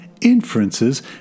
Inferences